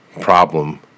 problem